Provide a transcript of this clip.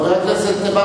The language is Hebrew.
חבר הכנסת ברכה,